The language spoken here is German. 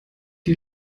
die